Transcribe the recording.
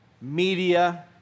media